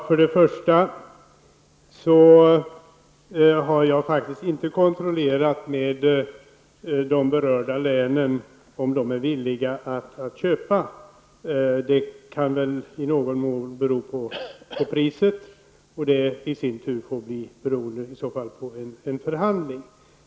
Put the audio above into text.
Herr talman! Jag har faktiskt inte kontrollerat med de berörda länen om de är villiga att köpa. Det kan i någon mån bero på priset, och det i sin tur är i så fall beroende av en förhandling.